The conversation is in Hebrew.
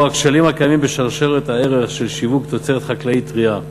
לאור הכשלים הקיימים בשרשרת הערך של שיווק תוצרת חקלאית טרייה.